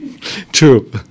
True